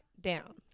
down